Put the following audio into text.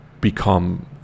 become